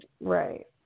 Right